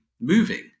moving